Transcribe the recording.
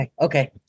Okay